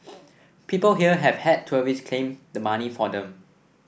people here have had tourists claim the money for them